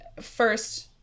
first